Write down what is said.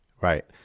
right